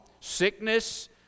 sickness